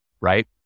right